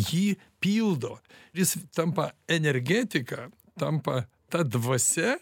jį pildo jis tampa energetika tampa ta dvasia